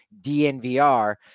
DNVR